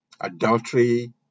adultery